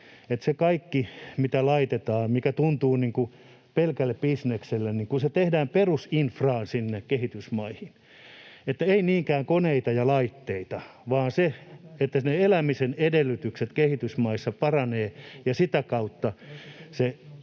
se kaikki, mitä laitetaan, mikä tuntuu pelkälle bisnekselle, tehdään perusinfraan kehitysmaihin. Ei niinkään koneita ja laitteita, vaan se, että elämisen edellytykset kehitysmaissa paranevat ja sitä kautta